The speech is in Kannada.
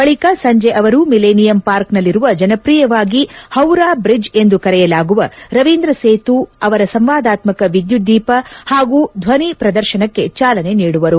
ಬಳಿಕ ಸಂಜೆ ಅವರು ಮಿಲೇನಿಯಮ್ ಪಾರ್ಕ್ನಲ್ಲಿರುವ ಜನಪ್ರಿಯವಾಗಿ ಹೌರಾ ಬ್ರಿಡ್ಜ್ ಎಂದು ಕರೆಯಲಾಗುವ ರವೀಂದ್ರ ಸೇತು ಅವರ ಸಂವಾದಾತ್ಮಕ ವಿದ್ಯುದ್ದೀಪ ಹಾಗೂ ಧ್ವನಿ ಪ್ರದರ್ಶನಕ್ಕೆ ಚಾಲನೆ ನೀಡುವರು